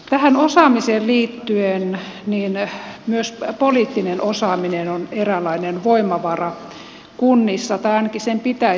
tähän osaamiseen liittyen myös poliittinen osaaminen on eräänlainen voimavara kunnissa tai ainakin sen pitäisi olla